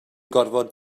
gorfod